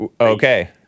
Okay